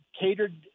catered